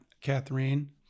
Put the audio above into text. katherine